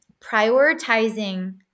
prioritizing